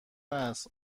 است